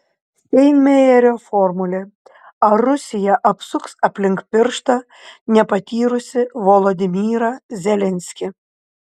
steinmeierio formulė ar rusija apsuks aplink pirštą nepatyrusį volodymyrą zelenskį